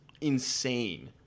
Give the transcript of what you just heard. insane